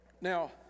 Now